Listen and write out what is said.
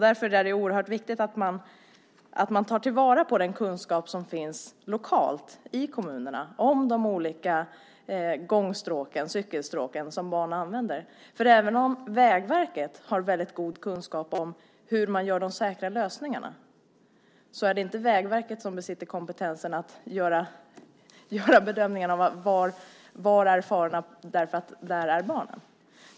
Därför är det oerhört viktigt att man tar till vara den kunskap som finns lokalt i kommunerna om de olika gångstråk och cykelstråk som barn använder. Även om Vägverket har väldigt god kunskap om hur man gör de säkra lösningarna är det inte Vägverket som besitter kompetensen att göra bedömningen av var farorna finns för att det är där barnen finns.